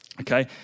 Okay